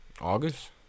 August